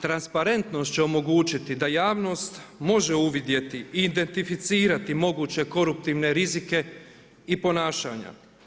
Transparentnost će omogućiti da javnost može uvidjeti i identificirati moguće koruptivne rizike i ponašanja.